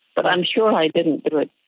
but i'm sure i didn't do it,